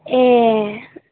ए